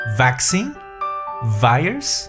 vaccine?virus